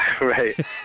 right